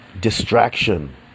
Distraction